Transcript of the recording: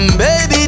baby